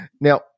Now